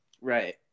Right